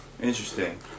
Interesting